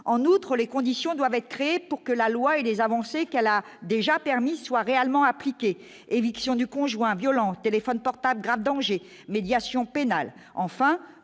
en outre, les conditions doivent être créées pour que la loi et les avancées qu'elle a déjà permis soient réellement appliquée éviction du conjoint violent, téléphones portables, donc j'ai médiation pénale,